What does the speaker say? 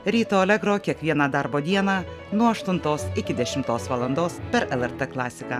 ryto alegro kiekvieną darbo dieną nuo aštuntos iki dešimtos valandos per lrt klasiką